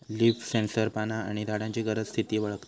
leaf sensor पाना आणि झाडांची गरज, स्थिती वळखता